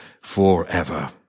forever